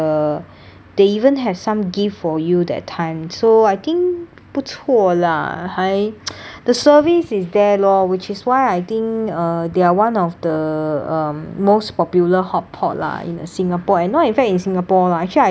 they even have some gift for you that time so I think 不错啦还 the service is there lor which is why I think uh they are one of the um most popular hotpot lah in singapore and not even in singapore lah actually I think